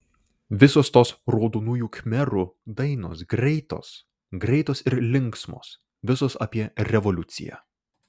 visos tos raudonųjų khmerų dainos greitos greitos ir linksmos visos apie revoliuciją